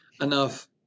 enough